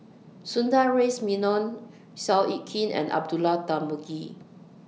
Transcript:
Sundaresh Menon Seow Yit Kin and Abdullah Tarmugi